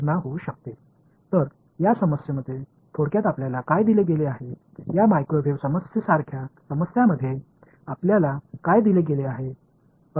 எனவே இந்த சிக்கலில் சுருக்கமாக உங்களுக்கு என்ன கொடுக்கப்பட்டுள்ளது இந்த மைக்ரோவேவ் சிக்கல் போன்ற சிக்கலில் உங்களுக்கு என்ன வழங்கப்படுகிறது என்று நீங்கள் நினைக்கிறீர்கள்